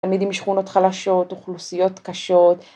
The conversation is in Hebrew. ‫תלמידים משכונות חלשות, ‫אוכלוסיות קשות.